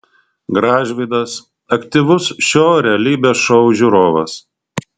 gražvydas aktyvus šio realybės šou žiūrovas